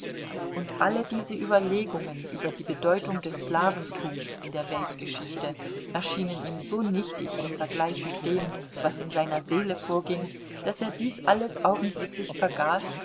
und alle diese überlegungen über die bedeutung des slawentums in der weltgeschichte erschienen ihm so nichtig im vergleich mit dem was in seiner seele vorging daß er dies alles augenblicklich vergaß